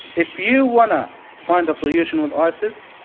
if you want to find a solution with isis,